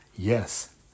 Yes